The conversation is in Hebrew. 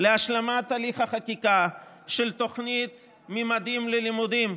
להשלמת תהליך החקיקה של תוכנית ממדים ללימודים,